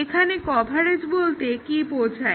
এখানে কভারেজ বলতে কী বোঝায়